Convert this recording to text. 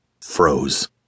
froze